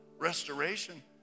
restoration